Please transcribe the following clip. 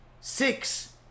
six